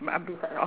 uh beside of